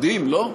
מדהים, לא?